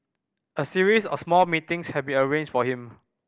a series of small meetings had been arranged for him